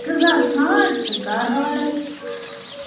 غذا ژھانٛڈ تہٕ کر آرڈر